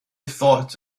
thought